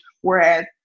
Whereas